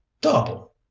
Double